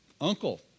uncle